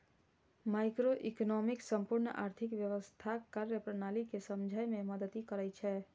microeconomics संपूर्ण आर्थिक व्यवस्थाक कार्यप्रणाली कें समझै मे मदति करै छै